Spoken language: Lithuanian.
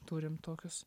turim tokius